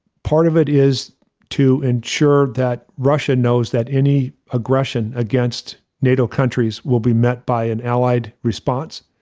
part of it is to ensure that russia knows that any aggression against nato countries will be met by an allied response.